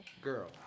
Girl